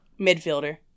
Midfielder